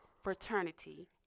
fraternity